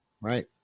Right